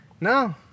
No